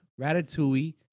Ratatouille